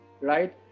right